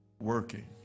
working